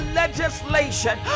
legislation